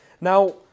Now